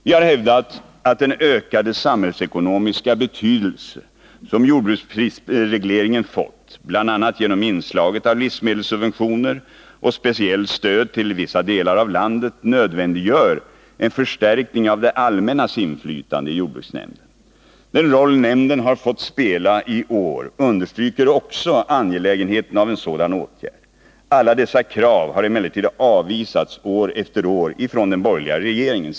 Vi har hävdat att den ökade samhällsekonomiska betydelse som jordbruksprisregleringen fått, bl.a. genom inslaget av livsmedelssubventioner och speciellt stöd till vissa delar av landet, nödvändiggör en förstärkning av det allmännas inflytande i jordbruksnämnden. Den roll nämnden har fått spela i år understryker också angelägenheten av en sådan åtgärd. Alla dessa krav har emellertid avvisats år efter år av den borgerliga regeringen.